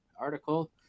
article